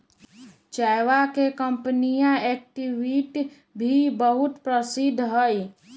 चयवा के कंपनीया एक्टिविटी भी बहुत प्रसिद्ध हई